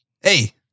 Hey